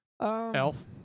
Elf